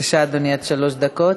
בבקשה, אדוני, שלוש דקות.